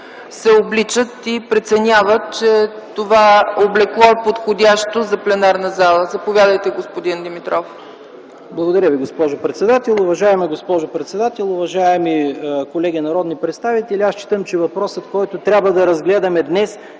се обличат и преценяват, че това облекло е подходящо за пленарната зала. Заповядайте, господин Димитров. ТОДОР ДИМИТРОВ (ГЕРБ): Благодаря Ви, госпожо председател. Уважаема госпожо председател, уважаеми колеги народни представители! Считам, че въпросът, който трябва да разгледаме днес,